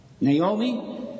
Naomi